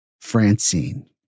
Francine